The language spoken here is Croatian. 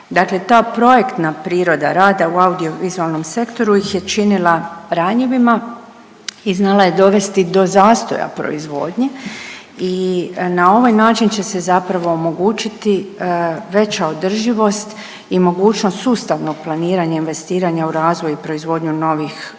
Dakle ta projektna priroda rada u audiovizualnom sektoru ih je činila ranjivima i znala je dovesti do razvoja proizvodnje i na ovaj način će se zapravo omogućiti veća održivost i mogućnost sustavnog planiranja i investiranja u razvoj i proizvodnju novih